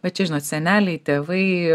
bet čia žinot seneliai tėvai